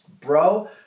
bro